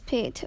Pit